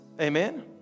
Amen